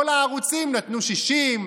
כל הערוצים נתנו 60,